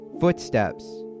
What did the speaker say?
footsteps